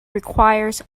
requires